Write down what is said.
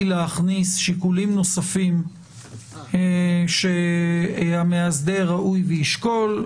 להכניס שיקולים נוספים שראוי שהמאסדר ישקול.